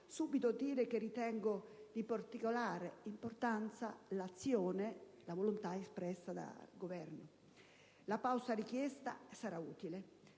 mie competenze), ritengo di particolare importanza l'azione, la volontà espressa dal Governo. La pausa richiesta sarà utile: